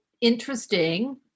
interesting